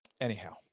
Anyhow